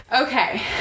Okay